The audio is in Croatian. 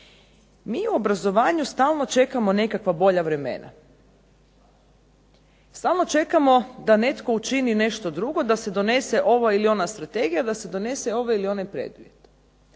Mi u obrazovanju stalno čekamo nekakva bolja vremena, stalno čekamo da netko učini nešto drugo, da se donese ova ili ona strategija, da se donese ovaj ili onaj preduvjet.